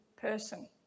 person